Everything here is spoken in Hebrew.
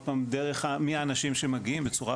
מי האנשים שמגיעים בצורה,